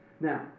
Now